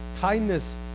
kindness